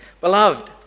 Beloved